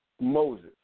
Moses